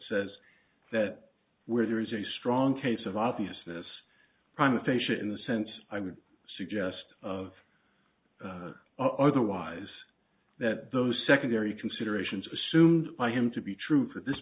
says that where there is a strong case of obviousness crime a facia in the sense i would suggest of otherwise that those secondary considerations assumed by him to be true for this